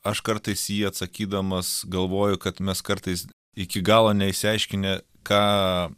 aš kartais jį atsakydamas galvoju kad mes kartais iki galo neišsiaiškinę ką